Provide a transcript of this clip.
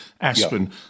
Aspen